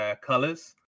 colors